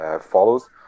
follows